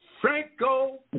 Franco